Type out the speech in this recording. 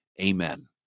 Amen